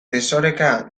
desoreka